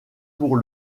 pour